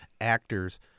actors